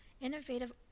Innovative